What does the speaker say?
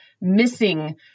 missing